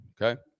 Okay